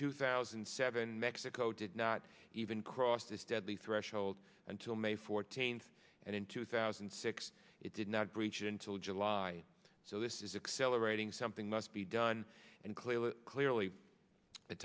two thousand and seven mexico did not even cross this deadly threshold until may fourteenth and in two thousand and six it did not breach until july so this is accelerating something must be done and clearly clearly the